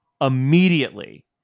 immediately